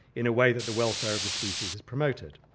in a way that the welfare of the species is promoted.